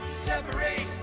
Separate